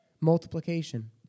multiplication